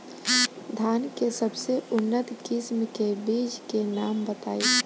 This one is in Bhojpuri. धान के सबसे उन्नत किस्म के बिज के नाम बताई?